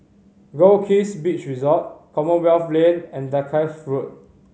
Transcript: Goldkist Beach Resort Commonwealth Lane and Dalkeith Road